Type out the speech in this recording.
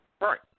right